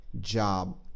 job